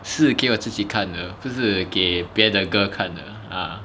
是给我自己看的不是给别的 girl 看的啊